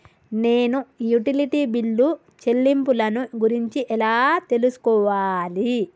నేను utility bill చెల్లింపులను గురించి ఎలా తెలుసుకోవాలి?